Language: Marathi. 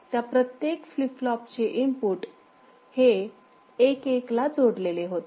त्या प्रत्येक फ्लिप फ्लॉपचे इनपुट हे १ १ ला जोडलेले होते